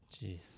Jeez